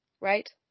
right